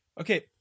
Okay